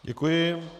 Děkuji.